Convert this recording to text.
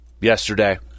yesterday